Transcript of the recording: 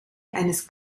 eines